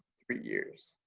three years.